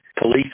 police